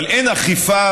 אבל אין אכיפה.